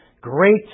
great